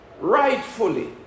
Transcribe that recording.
rightfully